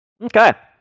okay